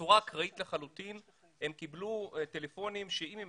בצורה אקראית לחלוטין הם קיבלו טלפונים שאם הם